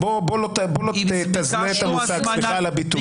בוא לא תזנה את המושג, סליחה על הביטוי.